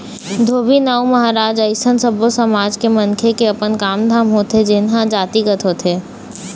धोबी, नाउ, महराज अइसन सब्बो समाज के मनखे के अपन काम धाम होथे जेनहा जातिगत होथे